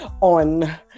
on